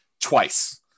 twice